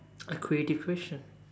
a creative question